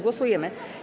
Głosujemy.